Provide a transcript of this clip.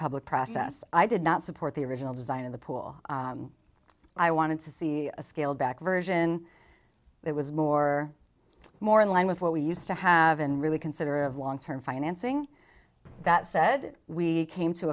public process i did not support the original design of the pool i wanted to see a scaled back version that was more more in line with what we used to have and really consider of long term financing that said we came to